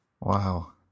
Wow